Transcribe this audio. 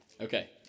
Okay